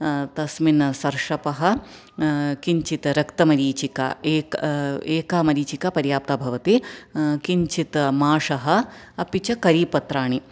तस्मिन् सर्षपः किञ्चित् रक्तमरीचिका एक् एका मरीचिका पर्याप्ता भवति किञ्चित् माषः अपि च करीपत्राणि